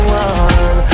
one